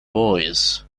boys